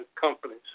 companies